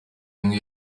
imwe